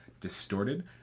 distorted